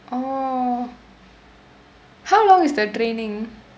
oh how long is the training